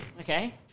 Okay